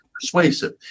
persuasive